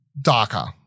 darker